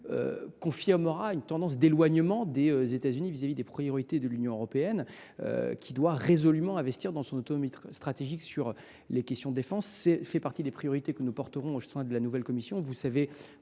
confirmeront une tendance d’éloignement des États Unis à l’égard des priorités de l’Union européenne, qui doit investir résolument dans son autonomie stratégique sur les questions de défense. Cela fait partie des priorités que nous porterons au sein de la nouvelle Commission.